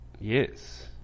Yes